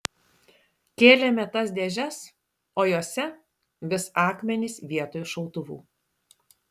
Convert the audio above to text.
kėlėme tas dėžes o jose vis akmenys vietoj šautuvų